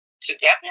together